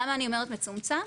למה אני אומרת מצומצם?